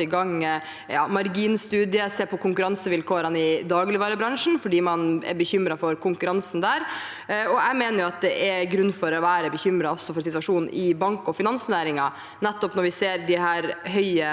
i gang en marginstudie, og han vil se på konkurransevilkårene i dagligvarebransjen fordi man er bekymret for konkurransen der. Jeg mener det er grunn til å være bekymret for situasjonen i bank- og finansnæringen når vi ser disse høye